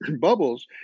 Bubbles